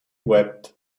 wept